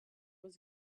was